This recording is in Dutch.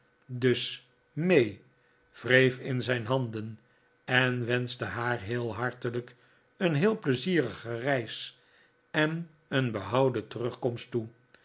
dus mee wreef in zijn handen en wenschte haar heel hartelijk een heel pleizierige reis en een behouden terugkomst toe